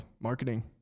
Marketing